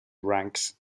ranks